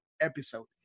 episode